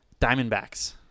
Diamondbacks